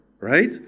right